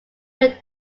when